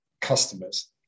customers